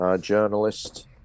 journalist